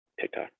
TikTok